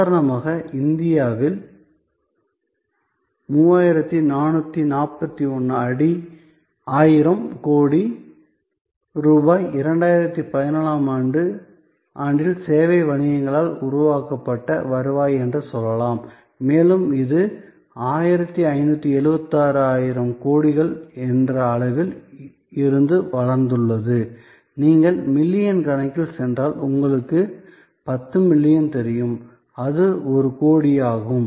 உதாரணமாக இந்தியாவில் 3441 ஆயிரம் கோடி ரூபாய் 2014 ஆம் ஆண்டில் சேவை வணிகங்களால் உருவாக்கப்பட்ட வருவாய் என்று சொல்லலாம் மேலும் இது 1576 ஆயிரம் கோடிகள் என்ற அளவில் இருந்து வளர்ந்துள்ளது நீங்கள் மில்லியன் கணக்கில் சென்றால் உங்களுக்கு 10 பில்லியன் தெரியும் அது ஒரு கோடி ஆகும்